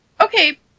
okay